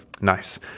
nice